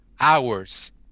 hours